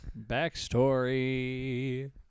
Backstory